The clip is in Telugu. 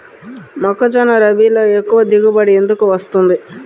మొక్కజొన్న రబీలో ఎక్కువ దిగుబడి ఎందుకు వస్తుంది?